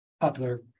popular